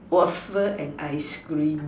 waffle and ice cream